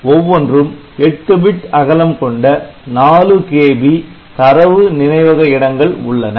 ஆக ஒவ்வொன்றும் 8 பிட் அகலம் கொண்ட 4KB தரவு நினைவக இடங்கள் உள்ளன